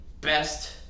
best